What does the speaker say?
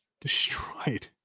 destroyed